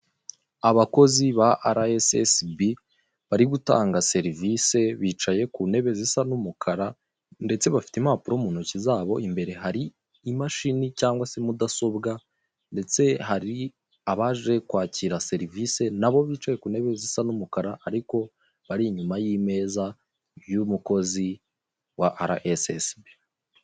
Abakozi ba RSSB bari gutanga serivise bicaye ku ntebe zisa n'umukara ndetse bafite impapuro mu ntoki zabo, imbere hari imashini cyangwa se mudasobwa ndetse hari abaje kwakira serivise nabo bicaye ku ntebe zisa n'umukara ariko bari inyuma y'imeza y'umukozi wa RSSB.